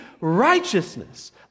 righteousness